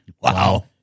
Wow